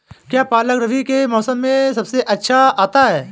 क्या पालक रबी के मौसम में सबसे अच्छा आता है?